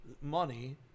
money